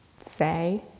say